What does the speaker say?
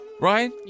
right